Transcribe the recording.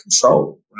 control